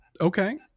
Okay